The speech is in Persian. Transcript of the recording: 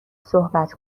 صحبت